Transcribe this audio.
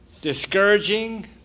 discouraging